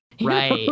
right